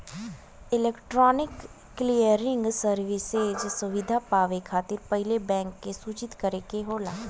electronic clearing services सुविधा पावे खातिर पहिले बैंक के सूचित करे के होला